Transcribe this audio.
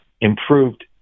improved